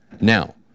Now